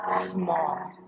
small